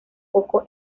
poco